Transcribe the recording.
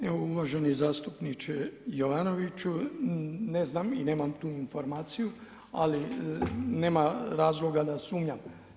Evo uvaženi zastupniče Jovanoviću, ne znam i nemam tu informaciju, ali nema razloga da sumnjam.